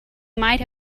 might